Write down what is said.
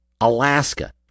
Alaska